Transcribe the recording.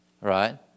Right